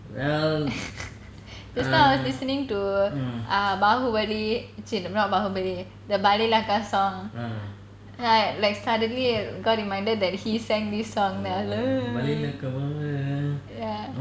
just now I was listening to ah பாகுபலி:baagubali not பாகுபலி:baagubali the பல்லேலக்கா:palelakka song like like suddenly got reminded that he sang this song ya